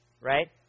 right